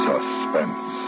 Suspense